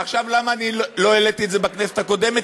ועכשיו, למה אני לא העליתי את זה בכנסת הקודמת?